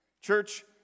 Church